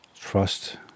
Trust